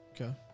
Okay